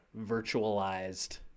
virtualized